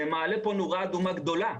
זה מדליק פה נורה אדומה גדולה,